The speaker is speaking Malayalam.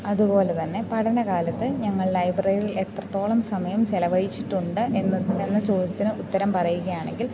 അതു പോലെ തന്നെ പഠനകാലത്ത് ഞങ്ങൾ ലൈബ്രറിയിൽ എത്രത്തോളം സമയം ചിലവഴിച്ചിട്ടുണ്ട് എന്ന് എന്ന ചോദ്യത്തിന് ഉത്തരം പറയുകയാണെങ്കിൽ